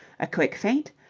a quick feint,